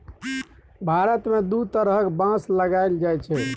भारत मे दु तरहक बाँस लगाएल जाइ छै